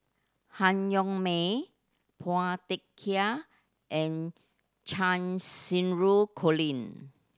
Han Yong May Phua Thin Kiay and Cheng Xinru Colin